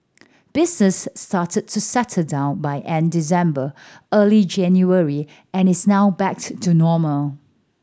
business started to settle down by end December early January and is now back to normal